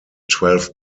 twelve